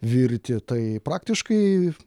virti tai praktiškai